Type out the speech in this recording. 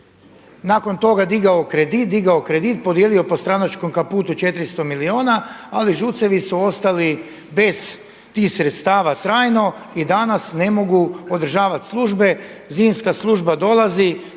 Nakon toga digao kredit, podijelio po stranačkom kaputu 400 milijuna ali ŽUC-evi su ostali bez tih sredstava trajno i danas ne mogu održavati službe. Zimska služba dolazi,